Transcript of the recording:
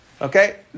Okay